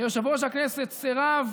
שיושב-ראש הכנסת סירב